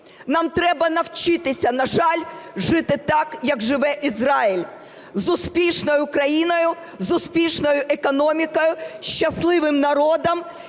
Нам треба навчитися, на жаль, жити так, як живе Ізраїль: з успішною країною, з успішною економікою, щасливим народом